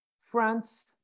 France